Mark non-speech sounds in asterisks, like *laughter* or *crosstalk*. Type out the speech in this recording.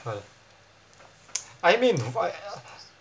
*noise* I mean wh~